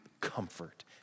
comfort